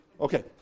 Okay